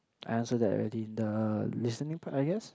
I answer that already the listening part I guess